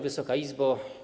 Wysoka Izbo!